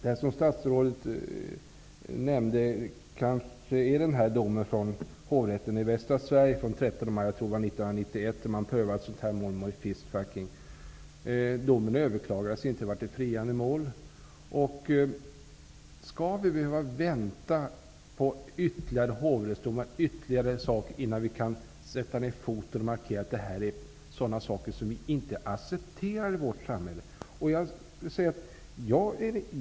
Det som statsrådet nämnde kanske är den här domen från hovrätten i västra Sverige från den 13 maj 1991, tror jag, då man prövade ett mål om fistfucking. Domen överklagades inte. Det var ett friande mål. Skall vi behöva vänta på ytterligare hovrättsdomar innan vi kan sätta ner foten och markera att detta är sådana saker som vi inte accepterar i vårt samhälle?